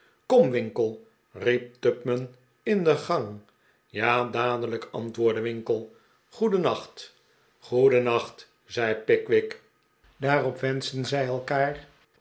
kom winkle riep tupman in de gang ja dadelijk antwoordde winkle goedennacht goedennacht zei pickwick daarop wenschten zij elkaar